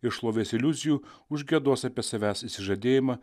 ir šlovės iliuzijų užgiedos apie savęs išsižadėjimą